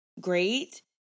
great